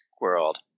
world